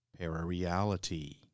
Parareality